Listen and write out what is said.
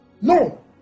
No